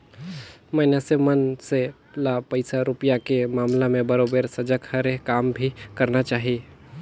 मइनसे मन से ल पइसा रूपिया के मामला में बरोबर सजग हरे काम भी करना चाही